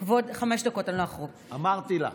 אמרתי לה.